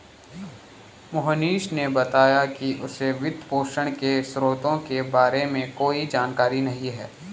मोहनीश ने बताया कि उसे वित्तपोषण के स्रोतों के बारे में कोई जानकारी नही है